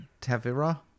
tavira